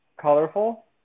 colorful